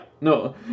No